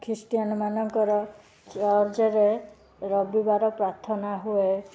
Christian ମାନଙ୍କର ଚର୍ଚ୍ଚରେ ରବିବାର ପ୍ରାର୍ଥନା ହୁଏ